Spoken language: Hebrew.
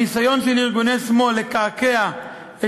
הניסיון של ארגוני שמאל לקעקע את